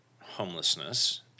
homelessness